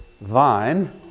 vine